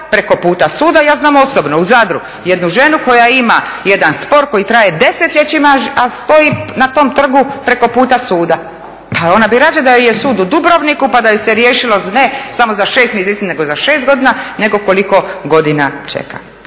preko puta suda. Ja znam osobno, u Zadru, jednu ženu koja ima jedan spor koji traje desetljećima, a stoji na tom trgu preko puta suda. Pa ona bi rađe da joj je sud u Dubrovniku pa da joj se riješilo ne samo za 6 mjeseci, nego za 6 godina, nego koliko godina čeka.